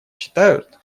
считают